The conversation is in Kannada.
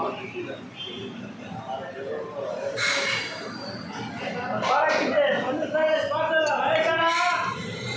ತೊಗರಿ ಬೆಳಿಗ ಯೂರಿಯಎಷ್ಟು ಹಾಕಬೇಕರಿ?